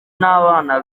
nabana